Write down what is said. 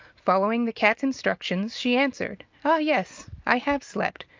following the cat's instructions, she answered ah, yes, i have slept,